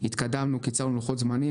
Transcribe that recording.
התקדמנו וקיצרנו לוחות זמנים.